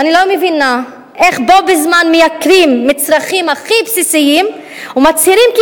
ואני לא מבינה איך בו בזמן מייקרים מצרכים הכי בסיסיים ומצהירים כי